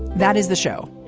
that is the show,